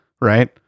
right